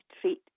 treat